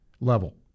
level